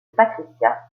patricia